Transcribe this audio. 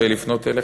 ולפנות אליך,